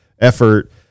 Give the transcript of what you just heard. effort